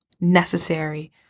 necessary